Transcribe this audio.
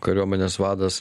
kariuomenės vadas